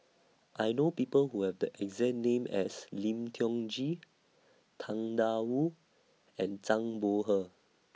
I know People Who Have The exact name as Lim Tiong Ghee Tang DA Wu and Zhang Bohe